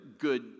good